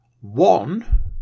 One